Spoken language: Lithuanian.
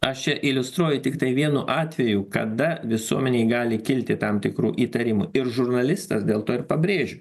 aš čia iliustruoju tiktai vienu atveju kada visuomenei gali kilti tam tikrų įtarimų ir žurnalistas dėl to ir pabrėžiu